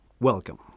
Welcome